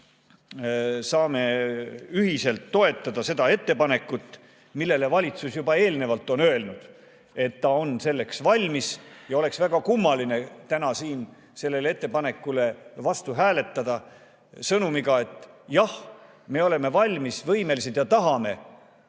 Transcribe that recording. me saame ühiselt toetada seda ettepanekut, mille kohta valitsus juba eelnevalt on öelnud, et ta on selleks valmis. Oleks väga kummaline täna siin sellele ettepanekule vastu hääletada sõnumiga, et jah, me oleme valmis, võimelised ja tahame